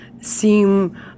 seem